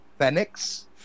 Phoenix